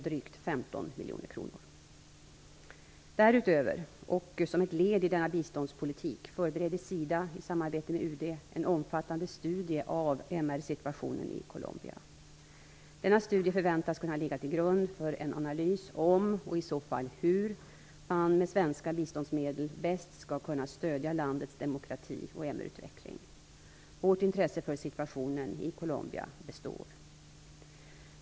Därutöver, och som ett led i denna biståndspolitik, förbereder SIDA i samarbete med UD en omfattande studie av MR-situationen i Colombia. Denna studie förväntas kunna ligga till grund för en analys om - och i så fall hur - man med svenska biståndsmedel bäst skall kunna stödja landets demokrati och MR utveckling. Vårt intresse för situationen i Colombia består.